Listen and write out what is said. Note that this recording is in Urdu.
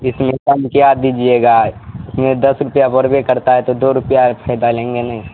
اس میں کم کیا دیجیے گا اس میں دس روپیہ پڑ بے کرتا ہے تو دو روپیہ فائدہ لیں گے نہیں